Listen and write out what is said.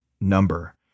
number